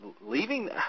leaving